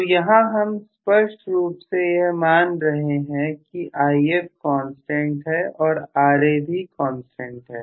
तो यहां हम स्पष्ट रूप से यह मान रहे हैं कि If कांस्टेंट है और Ra भी कांस्टेंट है